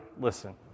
Listen